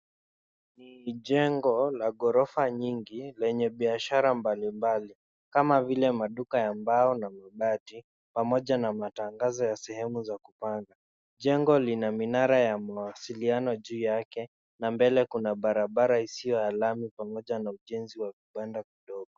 Ni jengo la ghorofa nyingi lenye biashara mbalimbali kama vile maduka ya mbao na mabati pamoja na matangazo ya sehemu za kupanga. Jengo lina minara ya mawasiliano juu yake na mbele kuna barabara isiyo ya lami pamoja na ujenzi wa vibanda vidogo.